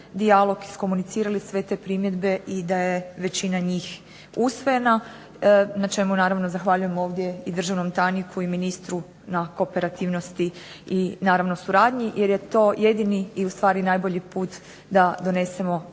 dijalog iskomunicirali sve te primjedbe i da je većina njih usvojena na čemu naravno zahvaljujem ovdje i državnom tajniku i ministru na kooperativnosti i naravno suradnji jer je to jedini i ustvari najbolji put da donesemo